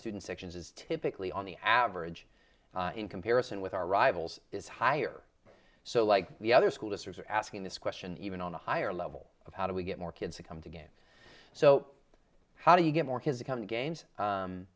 student sections is typically on the average in comparison with our rivals is higher so like the other schools are asking this question even on a higher level of how do we get more kids to come to games so how do you get more has it come to games